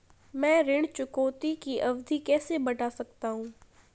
मैं ऋण चुकौती की अवधि कैसे बढ़ा सकता हूं?